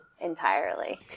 entirely